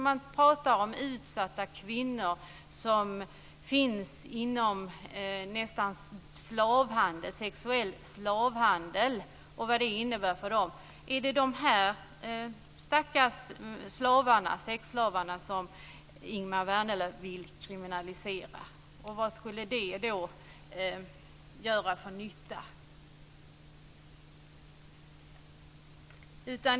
Man pratar om utsatta kvinnor som finns inom denna sexuella slavhandel och vad det innebär för dem. Är det de här stackars sexslavarna som Ingemar Vänerlöv vill kriminalisera, och vad skulle det då göra för nytta?